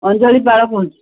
ଅଞ୍ଜଳି